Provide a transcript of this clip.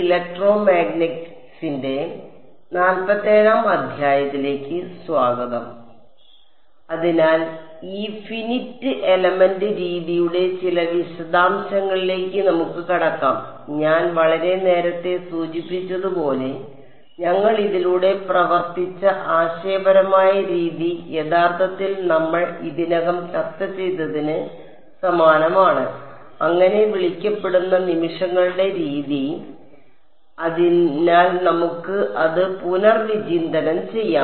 അതിനാൽ ഈ finite element രീതിയുടെ ചില വിശദാംശങ്ങളിലേക്ക് നമുക്ക് കടക്കാം ഞാൻ വളരെ നേരത്തെ സൂചിപ്പിച്ചതുപോലെ ഞങ്ങൾ ഇതിലൂടെ പ്രവർത്തിച്ച ആശയപരമായ രീതി യഥാർത്ഥത്തിൽ നമ്മൾ ഇതിനകം ചർച്ച ചെയ്തതിന് സമാനമാണ് അങ്ങനെ വിളിക്കപ്പെടുന്ന നിമിഷങ്ങളുടെ രീതി അതിനാൽ നമുക്ക് അത് പുനർവിചിന്തനം ചെയ്യാം